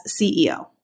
CEO